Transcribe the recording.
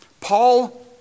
Paul